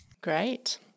Great